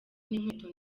n’inkweto